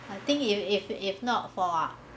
I think if if if not for ah